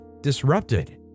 disrupted